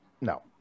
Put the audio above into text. no